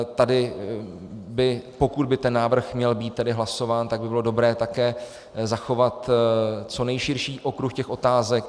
Tady by, pokud by ten návrh měl být hlasován, bylo dobré také zachovat co nejširší okruh těch otázek.